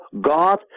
God